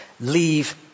leave